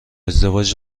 ازدواج